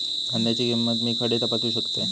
कांद्याची किंमत मी खडे तपासू शकतय?